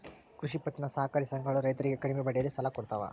ಕೃಷಿ ಪತ್ತಿನ ಸಹಕಾರಿ ಸಂಘಗಳು ರೈತರಿಗೆ ಕಡಿಮೆ ಬಡ್ಡಿಯಲ್ಲಿ ಸಾಲ ಕೊಡ್ತಾವ